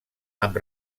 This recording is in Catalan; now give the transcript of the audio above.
amb